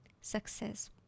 success